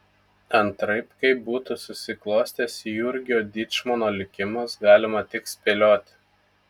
antraip kaip būtų susiklostęs jurgio dyčmono likimas galima tik spėlioti